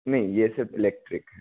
नहीं ये सिर्फ़ इलेक्ट्रिक है